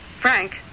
Frank